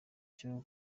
cyo